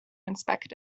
inspect